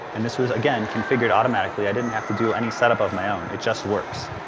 and this was again configured automatically, i didn't have to do any setup of my own, it just works.